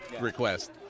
request